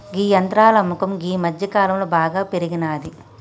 గీ యంత్రాల అమ్మకం గీ మధ్యకాలంలో బాగా పెరిగినాది